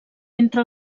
entre